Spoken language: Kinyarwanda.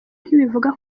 ntibivuga